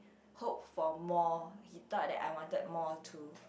hope for more he thought that I wanted more too